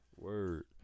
Word